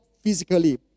physically